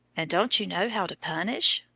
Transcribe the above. and don't you know how to punish,